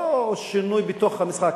לא שינוי בתוך המשחק,